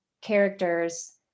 characters